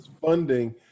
funding